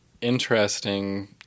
interesting